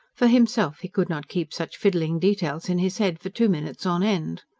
for himself he could not keep such fiddling details in his head for two minutes on end.